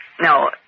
No